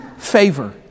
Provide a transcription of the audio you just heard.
Favor